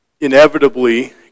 inevitably